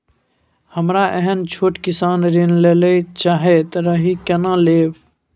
हमरा एहन छोट किसान ऋण लैले चाहैत रहि केना लेब?